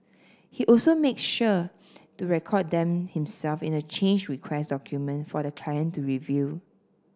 he also makes sure to record them himself in a change request document for the client to review